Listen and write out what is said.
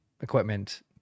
equipment